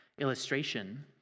illustration